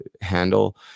handle